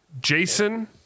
Jason